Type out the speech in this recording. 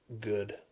good